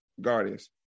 Guardians